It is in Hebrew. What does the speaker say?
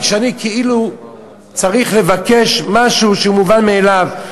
שאני כאילו צריך לבקש משהו שהוא מובן מאליו,